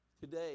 today